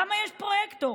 למה יש פרויקטור?